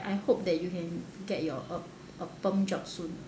I hope that you can get your a a perm job soon